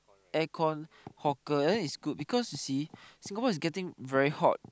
air con hawker then it's good because you see Singapore is getting very hot